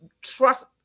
trust